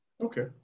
Okay